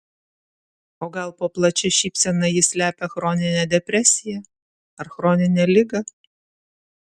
o gal po plačia šypsena ji slepia chroninę depresiją ar chroninę ligą